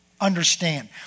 understand